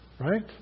Right